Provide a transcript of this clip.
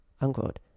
unquote